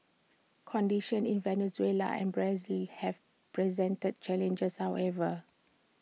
conditions in Venezuela and Brazil have presented challenges however